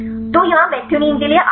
तो यहाँ मेथिओनिन के लिए arginine